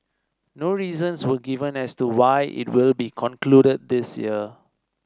no reasons were given as to why it will be concluded this year